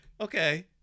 Okay